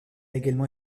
également